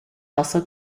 also